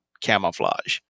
camouflage